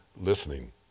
listening